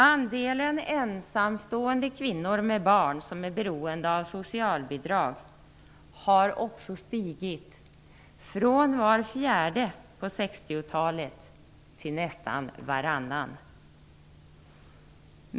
Andelen ensamstående kvinnor med barn som är beroende av socialbidrag har också ökat från var fjärde på 60-talet till nästan varannan numera.